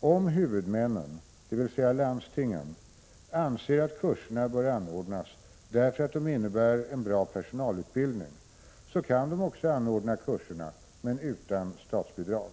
Om huvudmännen — landstingen — anser att kurserna bör anordnas, därför att de innebär en bra personalutbildning, så kan de också anordna kurserna, men utan statsbidrag.